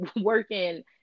working